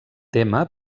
tema